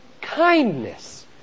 kindness